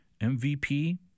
MVP